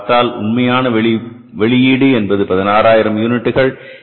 என்று பார்த்தால் உண்மையான வெளியீடு என்பது 16000 யூனிட்டுகள்